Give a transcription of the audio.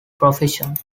profession